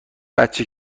بچه